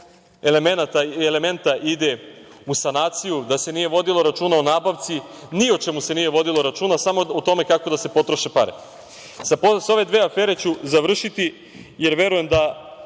elemenata ide u sanaciju, da se nije vodilo računa o nabavci. Ni o čemu se nije vodilo računa, samo o tome kako da se potroše pare. Sa ove dve afere ću završiti, jer verujem da